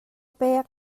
pek